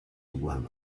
when